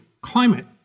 climate